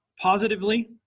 positively